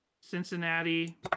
Cincinnati